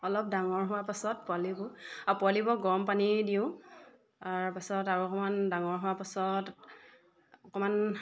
অলপ ডাঙৰ হোৱাৰ পাছত পোৱালিবোৰ আৰু পোৱালিবোৰক গৰম পানী দিওঁ তাৰপাছত আৰু অকণমান ডাঙৰ হোৱাৰ পাছত অকণমান